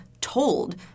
told